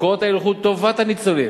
זה ב-200, אין פה אחוזים.